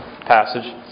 passage